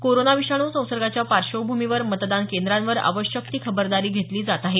corona विषाणू संसर्गाच्या पार्श्वभूमीवर मतदान केंद्रावर आवश्यक खबरदारी घेतली जात आहे